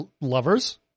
lovers